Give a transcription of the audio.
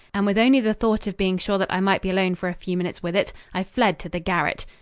and with only the thought of being sure that i might be alone for a few minutes with it, i fled to the garret.